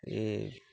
এই